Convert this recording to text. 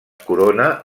corona